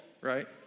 right